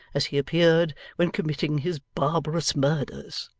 as he appeared when committing his barbarous murders